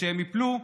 וכשהם ייפלו,